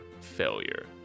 failure